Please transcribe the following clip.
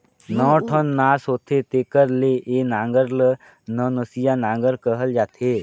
नौ ठन नास होथे तेकर ले ए नांगर ल नवनसिया नागर कहल जाथे